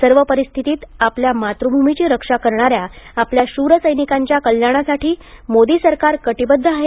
सर्व परिस्तिथीत आपल्या मातृभूमीची रक्षा करणा या आपल्या शूर सैनिकांच्या कल्याणासाठी मोदी सरकार कटीबद्ध आहे